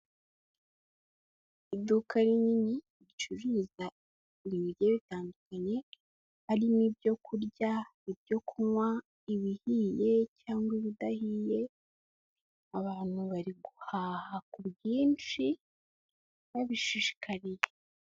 Iduka rinini, ricuruza ibintu bigiye bitandukanye, harimo ibyo kurya, ibyo kunywa, ibihiye cyangwa ibidahiye, abantu bari guhaha ku bwinshi, babishishikariye.